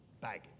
baggage